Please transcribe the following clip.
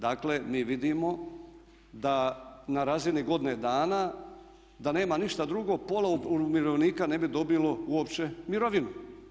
Dakle mi vidimo da na razini godine dana da nema ništa drugo, pola umirovljenika ne bi dobilo uopće mirovinu.